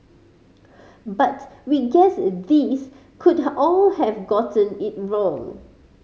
but we guess these could all have gotten it wrong